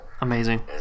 amazing